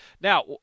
Now